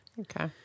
Okay